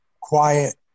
Quiet